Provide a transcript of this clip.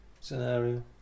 scenario